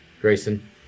Grayson